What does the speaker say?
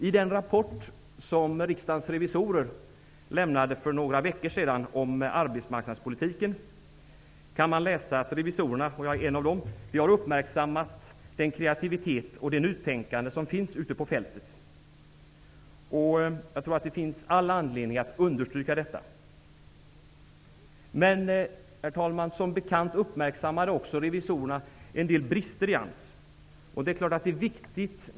I den rapport som Riksdagens revisorer för några veckor sedan lämnade om arbetsmarknadspolitiken kan man läsa att revisorerna -- jag är en av dem -- har uppmärksammat den kreativitet och det nytänkande som finns ute på fältet. Jag tror att det finns all anledning att understryka detta. Men, herr talman, som bekant uppmärksammade revisorerna också en del brister i AMS.